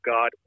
God